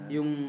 Yung